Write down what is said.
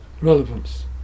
relevance